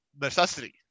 necessity